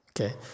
Okay